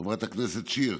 חברת הכנסת שיר.